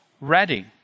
ready